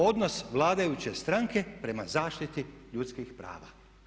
Odnos vladajuće stranke prema zaštiti ljudskih prava.